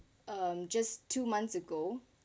um just two months ago